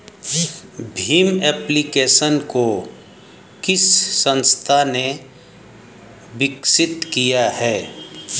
Bhim application को किस संस्था ने विकसित किया है?